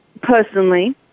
personally